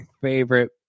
favorite